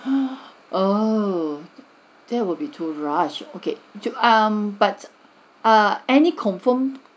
oh there will be too rush okay you um but err any confirmed